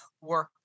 work